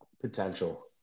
potential